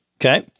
Okay